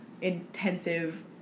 intensive